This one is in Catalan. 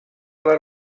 les